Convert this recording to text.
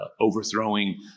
overthrowing